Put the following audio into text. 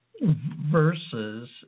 versus